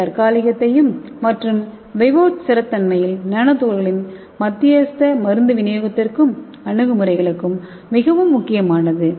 இது தற்காலிகத்தையும் மற்றும் விவோ ஸ்திரத்தன்மையில் நானோ துகள்களின் மத்தியஸ்த மருந்து விநியோகத்திற்கும் அணுகுமுறைகளுக்கும் மிகவும் முக்கியமானது